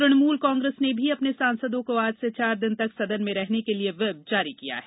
तृणमूल कांग्रेस ने भी अपने सांसदों को आज से चार दिन तक सदन में रहने के लिए व्हिप जारी किया है